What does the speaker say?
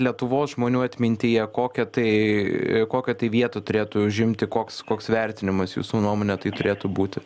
lietuvos žmonių atmintyje kokią tai kokią tai vietą turėtų užimti koks koks vertinimas jūsų nuomone tai turėtų būti